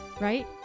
right